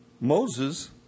Moses